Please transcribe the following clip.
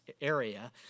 area